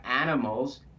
animals